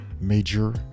major